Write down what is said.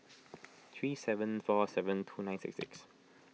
three seven four seven two nine six six